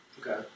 Okay